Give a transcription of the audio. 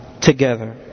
together